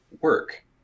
work